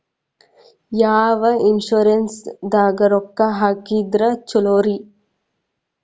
ಯಾವ ಇನ್ಶೂರೆನ್ಸ್ ದಾಗ ರೊಕ್ಕ ಹಾಕಿದ್ರ ಛಲೋರಿ?